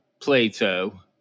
plato